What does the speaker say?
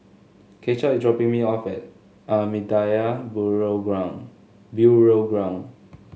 Keisha is dropping me off at Ahmadiyya Burial Ground Ground